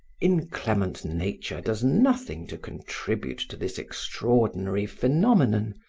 inclement nature does nothing to contribute to this extraordinary phenomenon.